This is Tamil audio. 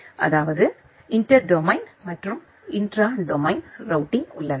அதாவது இன்டர் டொமைன்மற்றும் இன்ட்ரா டொமைன் ரூட்டிங் உள்ளன